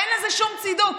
אין לזה שום צידוק.